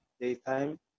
daytime